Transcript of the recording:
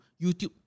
YouTube